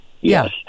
Yes